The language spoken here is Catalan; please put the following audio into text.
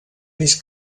més